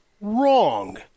wrong